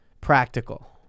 practical